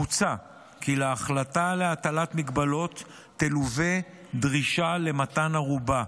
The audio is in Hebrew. מוצע כי להחלטה על הטלת הגבלות תלווה דרישה למתן ערובה,